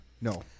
No